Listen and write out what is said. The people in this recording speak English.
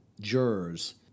jurors